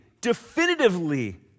definitively